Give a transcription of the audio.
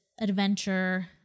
adventure